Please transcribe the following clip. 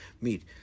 meet